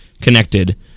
connected